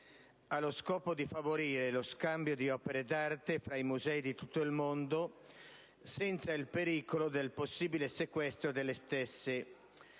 ha lo scopo di favorire lo scambio di opere d'arte tra i musei di tutto il mondo senza il pericolo del possibile sequestro delle stesse,